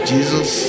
Jesus